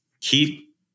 Keep